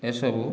ଏସବୁ